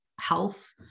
health